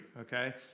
okay